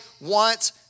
want